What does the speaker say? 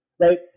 right